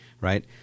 right